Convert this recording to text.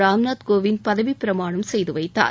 ராம்நாத் கோவிந்த் பதவிப்பிரமாணம் செய்து வைத்தார்